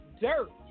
dirt